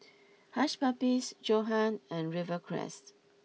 Hush Puppies Johan and Rivercrest